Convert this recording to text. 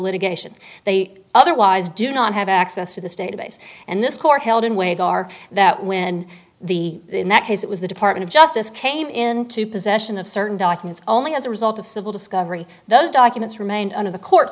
litigation they otherwise do not have access to this database and this court held in wait are that when the in that case it was the department of justice came into possession of certain documents only as a result of civil discovery those documents remained under the court